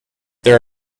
there